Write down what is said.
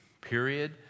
period